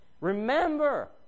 Remember